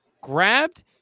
grabbed